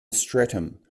streatham